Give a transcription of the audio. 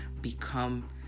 become